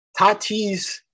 Tatis